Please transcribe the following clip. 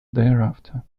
thereafter